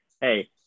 hey